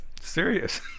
Serious